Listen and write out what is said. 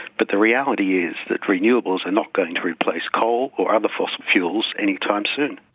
but the reality is that renewables are not going to replace coal or other fossil fuels anytime soon.